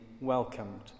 welcomed